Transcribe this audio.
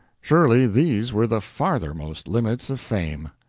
surely these were the farthermost limits of fame.